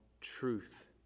truth